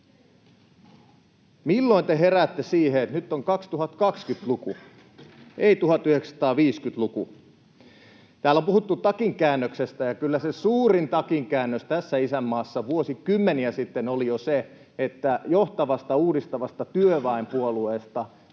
Milloin te heräätte siihen, että nyt on 2020-luku, ei 1950-luku? Täällä on puhuttu takinkäännöksestä, ja kyllä se suurin takinkäännös tässä isänmaassa jo vuosikymmeniä sitten oli se, että johtavasta uudistavasta työväenpuolueesta